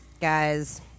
guys